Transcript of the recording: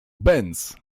bęc